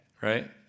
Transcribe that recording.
right